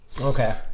Okay